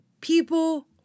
people